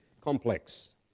complex